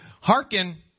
Hearken